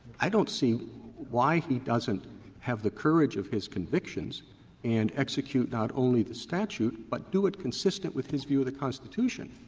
i don't see why he doesn't have the courage of his convictions and execute not only the statute, but do it consistent with his view of the constitution,